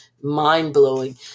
mind-blowing